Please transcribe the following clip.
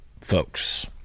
folks